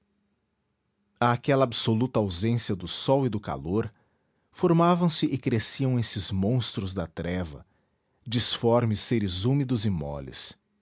àquela absoluta ausência do sol e do calor formavam se e cresciam esses monstros da treva disformes seres úmidos e moles